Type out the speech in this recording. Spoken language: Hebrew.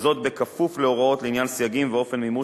וזאת בכפוף להוראות לעניין סייגים ואופן המימוש